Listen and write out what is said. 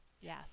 yes